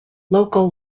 local